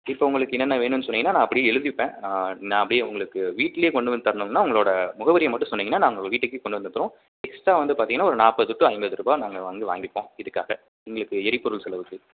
இப்போ உங்களுக்கு என்னென்ன வேணும்னு சொன்னிங்கன்னால் நான் அப்படியே எழுதிப்பேன் நான் அப்படியே உங்களுக்கு வீட்லேயே கொண்டுவந்து தரணும்னால் உங்களோடய முகவரியை மட்டும் சொன்னிங்கன்னால் நாங்கள் உங்கள் வீட்டுக்கே கொண்டு வந்து கொடுத்துருவோம் எக்ஸ்ட்டா வந்து ஒரு நாற்பது டு ஐம்பது ரூபா நாங்கள் வந்து வாங்கிப்போம் இதுக்காக எங்களுக்கு எரிபொருள் செலவுக்கு